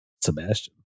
sebastian